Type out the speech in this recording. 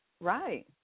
right